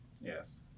Yes